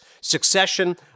Succession